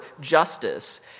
justice